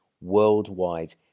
worldwide